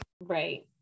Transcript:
Right